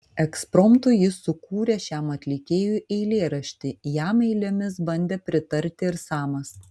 ekspromtu jis sukūrė šiam atlikėjui eilėraštį jam eilėmis bandė pritarti ir samas